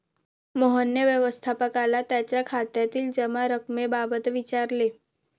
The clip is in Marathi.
मोहनने व्यवस्थापकाला त्याच्या खात्यातील जमा रक्कमेबाबत विचारले